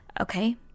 okay